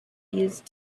used